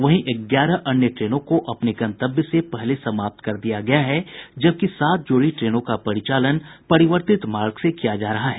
वहीं ग्यारह अन्य ट्रेनों को अपने गन्तव्य से पहले समाप्त कर दिया गया है जबकि सात जोड़ी ट्रेनों का परिचालन परिवर्तित मार्ग से किया जा रहा है